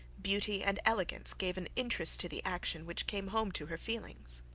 beauty, and elegance, gave an interest to the action which came home to her feelings.